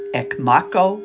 ekmako